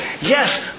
Yes